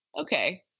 Okay